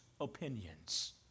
opinions